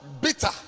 bitter